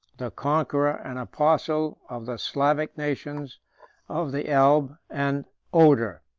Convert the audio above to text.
the conqueror and apostle of the slavic nations of the elbe and oder